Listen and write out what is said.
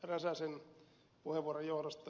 räsäsen puheenvuoron johdosta